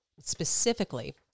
specifically